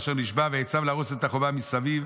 אשר נשבע ויצו ויהרוס את החומה מסביב".